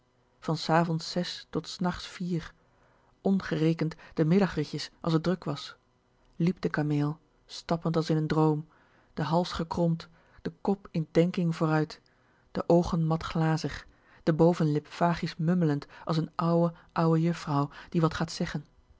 van s avonds zes tot s nachts vier ngerekend de middagritjes als t druk was liep de kameel stappend als in droom den hals gekromd den kop in denking vooruit de oogen mat glazig de bovenlip vaagjes mummelend als n ouwe ouwe juffrouw die wat gaat zeggen